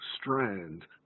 strand